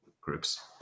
groups